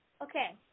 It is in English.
Okay